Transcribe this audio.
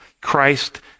Christ